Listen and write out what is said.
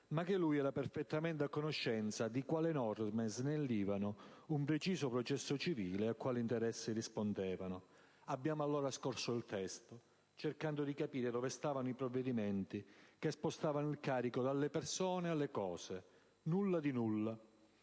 ma che lui era perfettamente a conoscenza di quali norme snellivano un preciso processo civile, e a quali interessi rispondevano. Abbiamo allora scorso il testo cercando di capire dove stavano i provvedimenti che spostavano il carico dalle persone alle cose. Nulla di nulla.